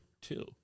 Two